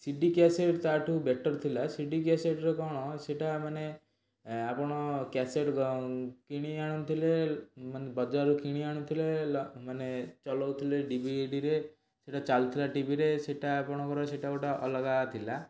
C D cassette ତା'ଠୁ better ଥିଲା CD କ୍ୟାସେଟ୍ରେ କ'ଣ ସେଟା ମାନେ ଏ ଆପଣ କ୍ୟାସେଟ୍ କିଣି ଆଣୁଥିଲେ ମାନେ ବଜାରରୁ କିଣି ଆଣୁଥିଲେ ମାନେ ଚଲାଉଥିଲେ ଡିଭିଡ଼ିରେ ସେଇଟା ଚାଲୁଥିଲା ଟିଭିରେ ସେଟା ଆପଣଙ୍କର ସେଟା ଗୋଟେ ଅଲଗା ଥିଲା